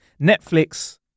Netflix